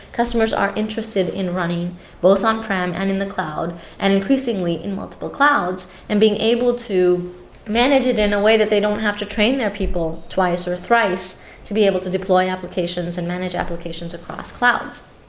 customers are interested in running both on-prem and in the cloud and, increasingly, in multiple clouds and being able to manage it in a way that they don't have to train their people twice or thrice to be able to deploy applications and manage applications across clouds.